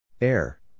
Air